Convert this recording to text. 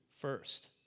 first